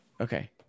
Okay